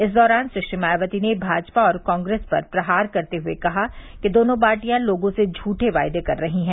इस दौरान सुश्री मायावती ने भाजपा और कांग्रेस पर प्रहार करते हुये कहा कि दोनों पार्टियाँ लोगों से झूठे वादे कर रही हैं